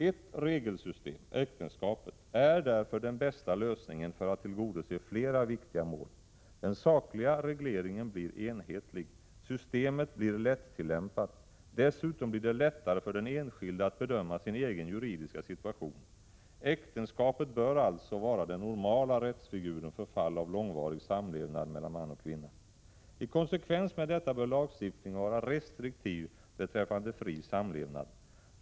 Ett enda regelsystem, äktenskapet, är därför den bästa lösningen för att tillgodose flera viktiga mål. Den sakliga regleringen blir enhetlig. Systemet blir lättillämpat. Dessutom blir det lättare för den enskilde att bedöma sin egen juridiska situation. Äktenskapet bör alltså vara den normala rättsfiguren för fall av långvarig samlevnad mellan man och kvinna. I konsekvens med detta bör lagstiftningen vara restriktiv beträffande fri samlevnad.